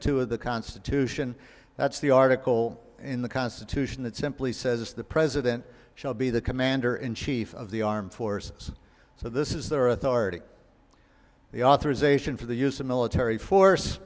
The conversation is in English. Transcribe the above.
two of the constitution that's the article in the constitution that simply says the president shall be the commander in chief of the armed forces so this is their authority the authorization for the use of military force